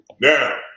Now